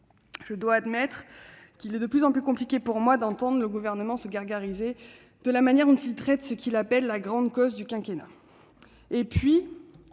Je dois admettre qu'il m'est de plus en plus difficile d'entendre le Gouvernement se gargariser de la manière dont il traite ce qu'il appelle « la grande cause du quinquennat ». De fait,